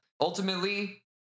Ultimately